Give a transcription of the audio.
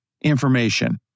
information